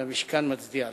והמשכן מצדיע לכם,